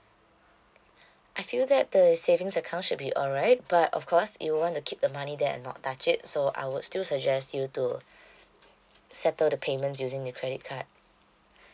I feel that the savings account should be alright but of course you would want to keep the money there and not touch it so I would still suggest you to settle the payment using your credit card